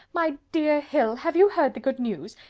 my dear hill, have you heard the good news?